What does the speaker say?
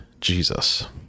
Jesus